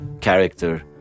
character